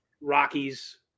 Rockies